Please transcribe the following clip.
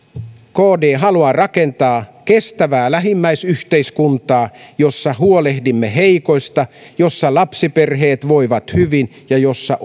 kd haluaa rakentaa kestävää lähimmäisyhteiskuntaa jossa huolehdimme heikoista jossa lapsiperheet voivat hyvin ja jossa